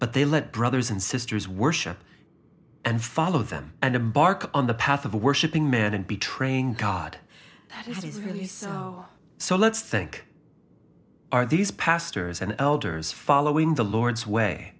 but they let brothers and sisters worship and follow them and embark on the path of worshipping men and betraying god if you please so let's think are these pastors and elders following the lord's way